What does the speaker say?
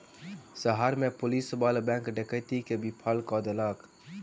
शहर में पुलिस बल बैंक डकैती के विफल कय देलक